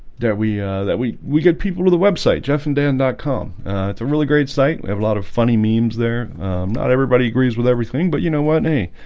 that we that we we get people to the website jeff and dan comm it's a really great site we have a lot of funny memes there not everybody agrees with everything but you know what hey,